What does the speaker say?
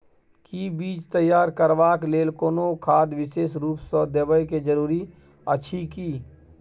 कि बीज तैयार करबाक लेल कोनो खाद विशेष रूप स देबै के जरूरी अछि की?